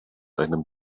einem